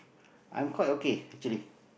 I'm quite okay actually